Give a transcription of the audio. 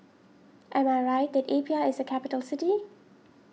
am I right that Apia is a capital city